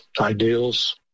ideals